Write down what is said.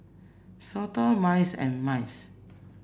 SOTA MICE and MICE